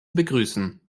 begrüßen